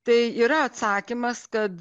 tai yra atsakymas kad